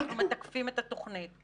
אנחנו מתקפים את התוכנית.